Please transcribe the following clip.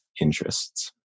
interests